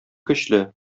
көчле